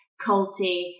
culty